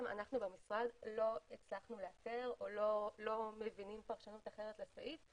אנחנו במשרד לא הצלחנו לייצר ולא מבינים פרשנות אחרת לסעיף,